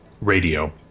radio